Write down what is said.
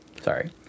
Sorry